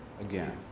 again